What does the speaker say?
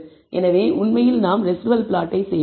எனவே உண்மையில் நாம் ரெஸிடுவல் பிளாட்டை செய்வோம்